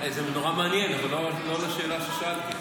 זה נורא מעניין, אבל לא לשאלה ששאלתי.